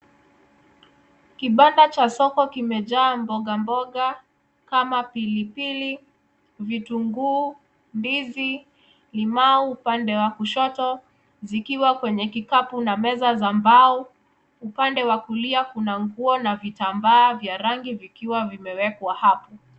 Kibanda cha soko kimejaa mboga mboga kama pilipili, vitunguu, ndizi, limau upande wa kushoto zikiwa kwenye kikapu na meza za mbao. Upande wa kulia kuna nguo na vitambaa vya rangi vikiwa vimewekwa hapo.